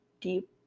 deep